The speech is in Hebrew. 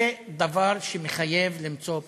זה דבר שמחייב למצוא פתרון.